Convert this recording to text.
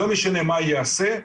לא משנה מה ייעשה,